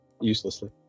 Uselessly